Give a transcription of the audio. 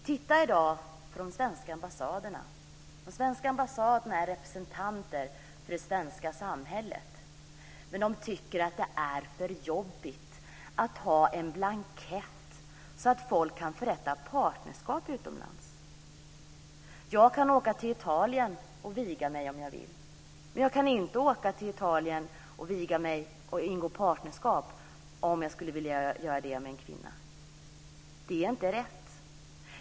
Titta i dag på de svenska ambassaderna. De svenska ambassaderna är representanter för det svenska samhället, men de tycker att det är för jobbigt att ha en blankett så att folk kan ingå partnerskap utomlands. Jag kan åka till Italien och låta viga mig om jag vill, men jag kan inte åka till Italien och ingå partnerskap med en kvinna. Det är inte rätt.